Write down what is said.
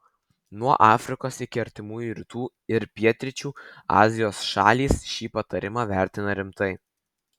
nuo afrikos iki artimųjų rytų ir pietryčių azijos šalys šį patarimą vertina rimtai